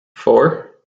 four